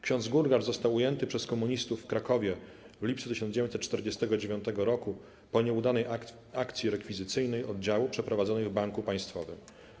Ksiądz Gurgacz został ujęty przez komunistów w Krakowie w lipcu 1949 roku po nieudanej akcji rekwizycyjnej oddziału przeprowadzonej w banku państwowym.